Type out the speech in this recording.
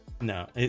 no